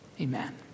Amen